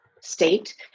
state